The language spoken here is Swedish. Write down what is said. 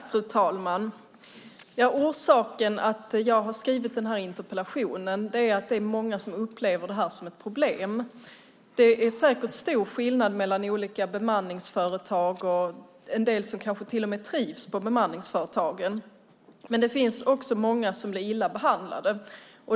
Fru talman! Anledningen till att jag har skrivit den här interpellationen är att många upplever detta som ett problem. Det är säkert stor skillnad mellan olika bemanningsföretag. En del kanske till och med trivs på bemanningsföretag. Men det är många som blir illa behandlade.